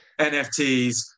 nfts